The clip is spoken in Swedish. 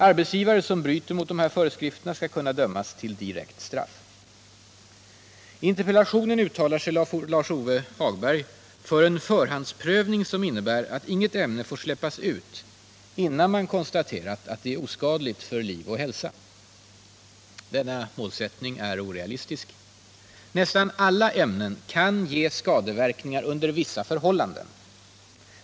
Arbetsgivare som bryter mot dessa föreskrifter skall kunna dömas till direkt straff. I interpellationen uttalar sig Lars-Ove Hagberg för en förhandsprövning som innebär att inget ämne får släppas ut innan man har konstaterat att det är oskadligt för liv och hälsa. Denna målsättning är orealistisk. Nästan alla ämnen kan ge skadeverkningar under vissa förhållanden.